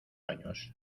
años